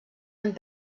amb